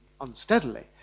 unsteadily